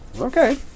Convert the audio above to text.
okay